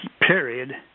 period